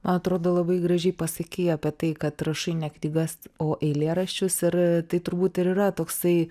man atrodo labai gražiai pasakei apie tai kad rašai ne knygas o eilėraščius ir tai turbūt ir yra toksai